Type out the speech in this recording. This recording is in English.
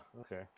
okay